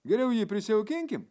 geriau jį prisijaukinkim